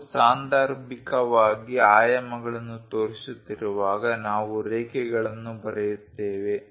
ನಾವು ಸಾಂದರ್ಭಿಕವಾಗಿ ಆಯಾಮಗಳನ್ನು ತೋರಿಸುತ್ತಿರುವಾಗ ನಾವು ರೇಖೆಗಳನ್ನು ಬರೆಯುತ್ತೇವೆ